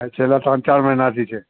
છેલ્લા ત્રણ ચાર મહિનાથી છે